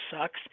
sucks